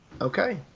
Okay